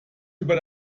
über